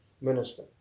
minister